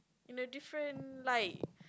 in a different light